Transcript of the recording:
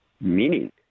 meaning